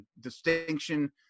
distinction –